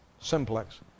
Simplex